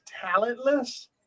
talentless